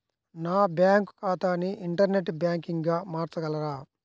నా బ్యాంక్ ఖాతాని ఇంటర్నెట్ బ్యాంకింగ్గా మార్చగలరా?